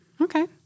Okay